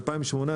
ב-2018,